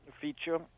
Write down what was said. feature